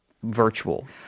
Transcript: virtual